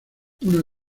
una